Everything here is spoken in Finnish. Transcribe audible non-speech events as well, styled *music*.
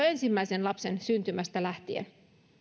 *unintelligible* ensimmäisen lapsen syntymästä lähtien